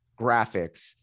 graphics